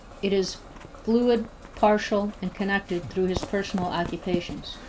it is fluid, partial, and connected through his personal occupations.